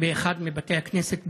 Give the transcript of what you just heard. באחד מבתי הכנסת בירושלים.